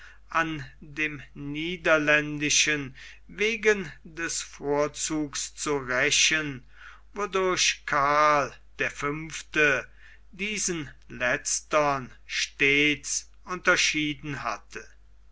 an dem niederländischen wegen des vorzugs zu rächen wodurch karl der fünfte diesen letztern stets unterschieden hatte